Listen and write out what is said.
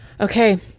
Okay